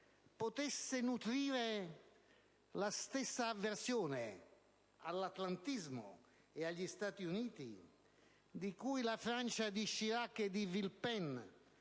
potesse nutrire la stessa avversione all'atlantismo e agli Stati Uniti con cui la Francia di Chirac e de Villepin